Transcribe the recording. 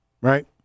right